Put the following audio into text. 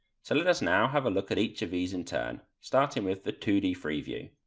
so let us now have a look at each of these in turn, starting with the two d free view.